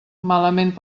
malament